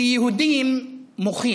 כי יהודים, מוחים,